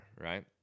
right